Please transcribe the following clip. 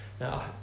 Now